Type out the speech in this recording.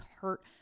hurt